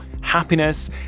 happiness